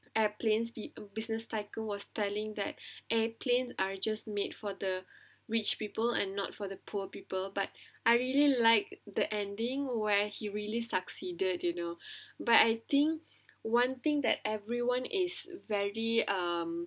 airplanes busi~ business tycoon was telling that airplanes are just made for the rich people and not for the poor people but I really like the ending where he really succeeded you know but I think one thing that everyone is very um